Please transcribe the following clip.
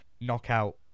knockout